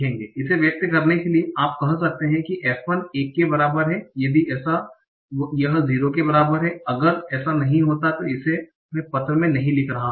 इसे व्यक्त करने के लिए आप कह सकते हैं कि f1 1 के बराबर है यदि ऐसा यह 0 के बराबर है अगर ऐसा नहीं होता है तो मैं इसे इस पत्र में नहीं लिख रहा हूं